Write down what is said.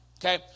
Okay